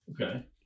Okay